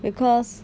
because